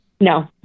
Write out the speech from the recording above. No